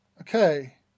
Okay